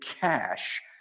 cash